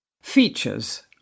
Features